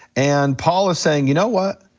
and paul is saying, you know what,